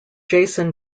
jason